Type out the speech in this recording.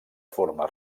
forma